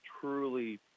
truly